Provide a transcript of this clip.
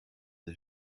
the